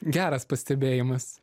geras pastebėjimas